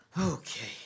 Okay